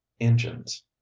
engines